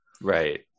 Right